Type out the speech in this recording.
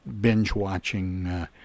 binge-watching